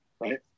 Right